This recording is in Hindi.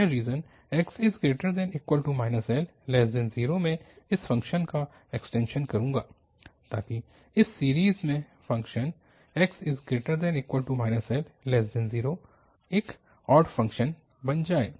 मैं रीजन Lx0 में इस फ़ंक्शन का एक्सटेंशन करूंगा ताकि इस सीरीज़ में फ़ंक्शन Lx0 एक ऑड फ़ंक्शन बन जाए